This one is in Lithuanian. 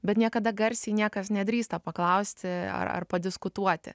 bet niekada garsiai niekas nedrįsta paklausti ar ar padiskutuoti